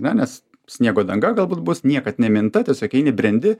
ne nes sniego danga galbūt bus niekad neminta tiesiog eini brendi